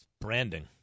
Branding